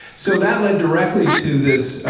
so that led directly to this